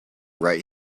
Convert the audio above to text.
right